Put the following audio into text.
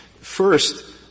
First —